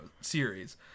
series